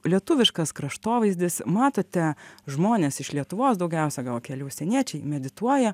lietuviškas kraštovaizdis matote žmones iš lietuvos daugiausia gal keli užsieniečiai medituoja